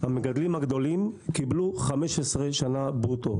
המגדלים הגדולים קיבלו 15 שנה ברוטו.